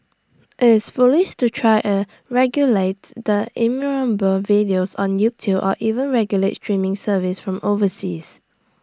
it's foolish to try A regulate the innumerable videos on YouTube or even regulate streaming services from overseas